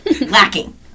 lacking